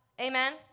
Amen